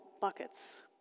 buckets